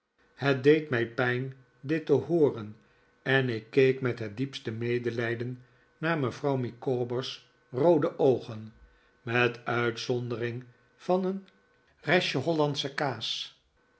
het deed mij pijn dit te hooren en ik keek met het dicpstc medelijden naar mevrouw micawber's roode oogen met uitzondcrm van ebh kcrstje hollandsche kaas